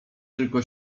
tylko